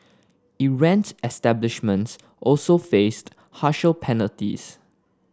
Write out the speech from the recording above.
errant establishments also faced harsher penalties